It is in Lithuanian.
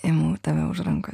imu tave už rankų